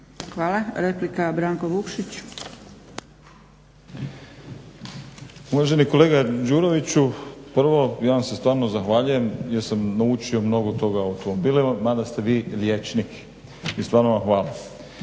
laburisti - Stranka rada)** Uvaženi kolega Đuroviću, prvo ja vam se stvarno zahvaljujem jer sam naučio mnogo toga o automobilima mada ste vi liječnik i stvarno vam hvala.